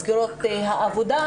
מסגרות העבודה,